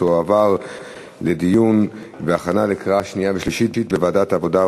לוועדת העבודה,